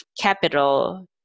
capital